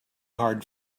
hard